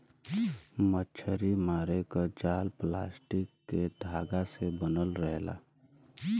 मछरी मारे क जाल प्लास्टिक के धागा से बनल रहेला